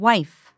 Wife